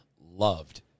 loved